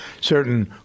certain